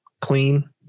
clean